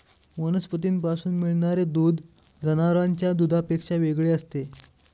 वनस्पतींपासून मिळणारे दूध जनावरांच्या दुधापेक्षा वेगळे असते